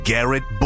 Garrett